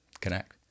connect